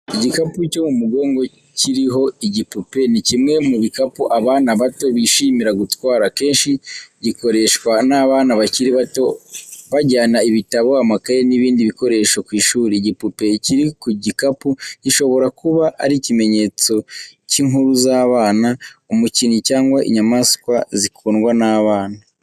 Igikapu cyo mu mugongo kiriho igipupe, ni kimwe mu bikapu abana bato bishimira gutwara. Akenshi gikoreshwa n'abana bakiri bato bajyana ibitabo, amakayi n'ibindi bikoresho ku ishuri. Igipupe kiri ku gikapu gishobora kuba ari ikimenyetso cy'inkuru z'abana, umukinnyi cyangwa inyamaswa zikundwa n'abana.